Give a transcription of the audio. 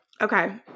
Okay